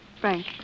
Frank